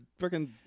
freaking